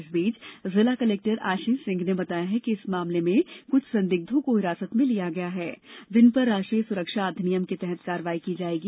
इस बीच जिला कलेक्टर आशीष सिंह ने बताया है कि इस मामले में कुछ संदिग्धों को हिरासत में लिया गया है जिन पर राष्ट्रीय सुरक्षा अधिनियम के तहत कार्रवाई की जाएगी